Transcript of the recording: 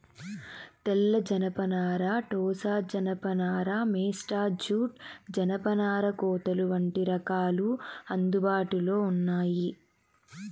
తెల్ల జనపనార, టోసా జానప నార, మేస్టా జూట్, జనపనార కోతలు వంటి రకాలు అందుబాటులో ఉన్నాయి